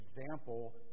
example